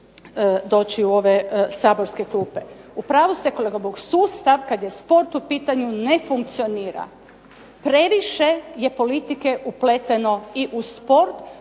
doći u ove saborske klupe? U pravu ste kolega, sustav kad je sport u pitanju ne funkcionira. Previše je politike upleteno i u sport,